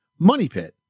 MONEYPIT